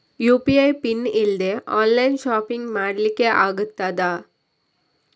UPI PIN ಇಲ್ದೆ online shopping ಮಾಡ್ಲಿಕ್ಕೆ ಆಗ್ತದಾ?